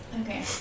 Okay